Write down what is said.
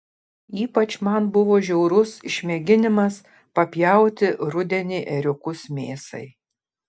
ypač man buvo žiaurus išmėginimas papjauti rudenį ėriukus mėsai